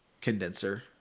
condenser